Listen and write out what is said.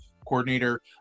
coordinator